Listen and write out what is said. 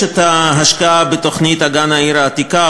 יש השקעה בתוכנית אגן העיר העתיקה,